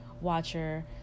watcher